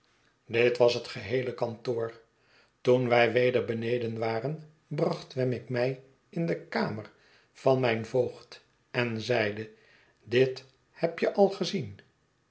dit was het geheele kantoor toen wij weder beneden waren bracht wemmick mij in de kamer van mijn voogd en zeide dit heb je al gezien